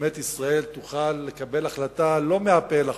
באמת ישראל תוכל לקבל החלטה לא מהפה אל החוץ,